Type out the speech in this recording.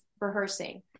rehearsing